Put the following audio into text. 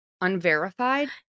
unverified